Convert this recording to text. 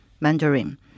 Mandarin